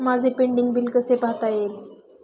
माझे pending bill कसे पाहता येईल?